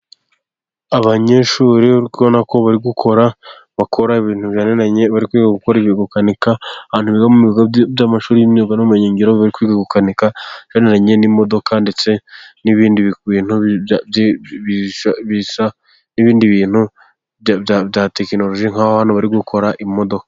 Abanyeshuri uri kubona ko bari gukora bakora ibintu bijyaniranye, bari gukora gukanika. Abantu biga mubigo by'amashuri y'imyuga n'ubumenyingiro gukanika ibijyaniranye n'imodoka, ndetse n'ibindi bintu bya tekinoloji nk'aho bari gukora imodoka.